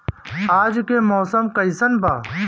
आज के मौसम कइसन बा?